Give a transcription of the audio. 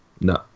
no